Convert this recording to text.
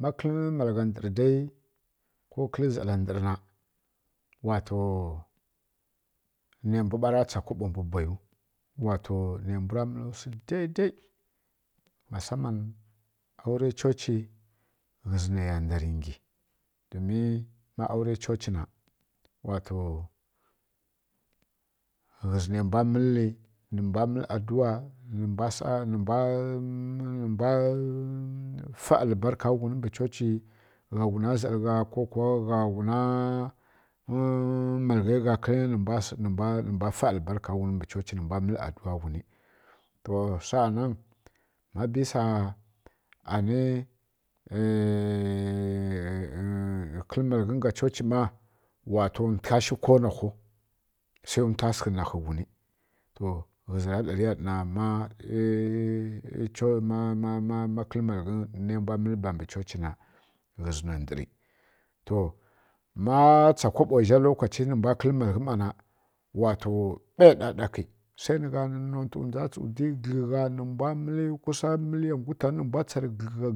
Ma kǝl malgha ndǝr dai ko kǝl zala ndǝr na wato nai mbu ɓara tsa kaɓo mbǝ bwai ɓo wato nai mbwi ra mǝlǝ wsi daidai mbǝ chochi ghǝzǝ nai ya ndar ngi don ma awrai chochi na wato ghǝzǝ nai mbwa mǝlli nǝ mbwqa mǝl aduwa nǝ mbwa fǝ albarka ghun mbǝ chochi gha ghuna zalǝ gha ko ghuna malngya nǝ mbwa fǝ albarka ghun mbǝ chochi nǝa mǝlli nǝ mbwa mǝl aduwa ka ghuni to saanan ma bisa ani ma kǝlǝ malghǝ nga chochi ˈma tǝghǝnva shu sai nǝ ntwa sǝghǝ nakhǝ ghuni ma kǝlǝ malǝ ghi nai mbwa kǝlǝ bambi chochina ndǝri to ma tsa kaɓowa zha lokachi nǝmbwa kǝlǝ malgha zha ˈma na wato ɓai ɗaɗaki sai nǝ gha nǝ nontǝ ndwi nǝ ghǝnja tsu di gǝglgha kusan miliyon gwutani nǝ mbwa